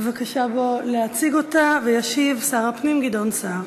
בבקשה, בוא להציג אותה, וישיב שר הפנים גדעון סער.